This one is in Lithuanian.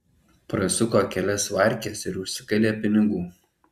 prasuko kelias varkes ir užsikalė pinigų